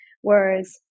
whereas